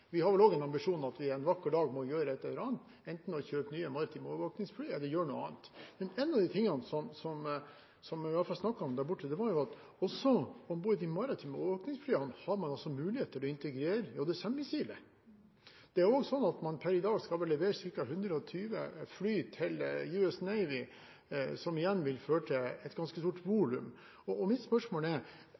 Vi har vel også en ambisjon om at vi en vakker dag må gjøre et eller annet, enten å kjøpe nye maritime overvåkningsfly eller gjøre noe annet. En av de tingene vi i hvert fall snakket om der borte, var at man også om bord i de maritime overvåkningsflyene har muligheten til å integrere JSM-missiler. Det er også sånn at man per i dag skal levere ca. 120 fly til US Navy, som igjen vil føre til et ganske stort volum. Mitt spørsmål er: